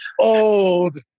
Old